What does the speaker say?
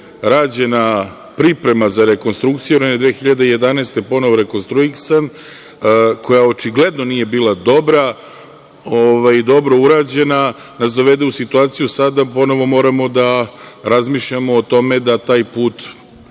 rađena priprema za rekonstrukciju, ona je 2011. godine ponovo rekonstruisana, koja očigledno nije bila dobro urađena, nas dovede situaciju da sada ponovo moramo da razmišljamo o tome da taj put